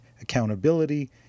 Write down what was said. accountability